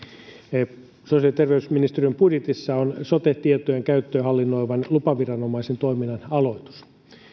sosiaali ja terveysministeriön budjetissa on sote tietojen käyttöä hallinnoivan lupaviranomaisen toiminnan aloitus